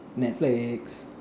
netflix